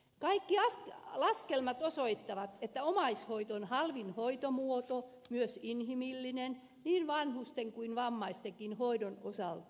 kaikki laskelmat osoittavat että omaishoito on halvin hoitomuoto myös inhimillinen niin vanhusten kuin vammaistenkin hoidon osalta